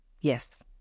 Yes